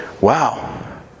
Wow